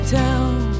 town